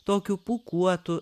tokių pūkuotų